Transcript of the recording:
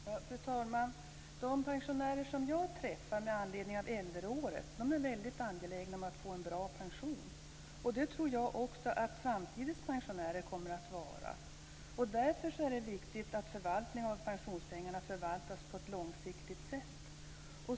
Fru talman! De pensionärer som jag träffar med anledning av äldreåret är väldigt angelägna om att få en bra pension. Det tror jag att också framtidens pensionärer kommer att vara. Därför är det viktigt att förvaltningen av pensionspengarna sker på ett långsiktigt sätt.